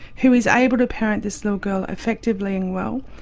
who is able to parent this little girl effectively and well,